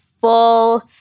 full